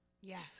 yes